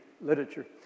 literature